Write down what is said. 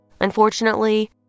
Unfortunately